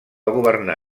governar